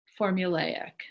formulaic